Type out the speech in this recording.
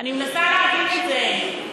אני מנסה להבין את זה.